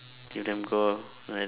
give them go like that